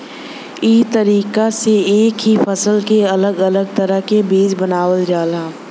ई तरीका से एक ही फसल के अलग अलग तरह के बीज बनावल जाला